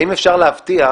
האם אפשר להבטיח